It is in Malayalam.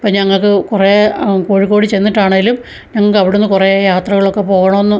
അപ്പം ഞങ്ങൾക്ക് കുറേ കോഴിക്കോടിൽ ചെന്നിട്ട് ആണേലും ഞങ്ങൾക്ക് അവിടെ നിന്ന് കുറേ യാത്രകളൊക്കെ പോകണമെന്ന്